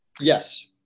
Yes